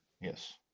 Yes